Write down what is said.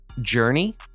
journey